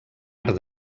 art